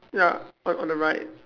ya on on the right